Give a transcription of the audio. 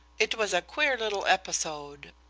it was a queer little episode.